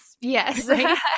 Yes